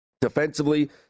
Defensively